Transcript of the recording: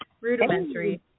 rudimentary